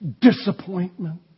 disappointment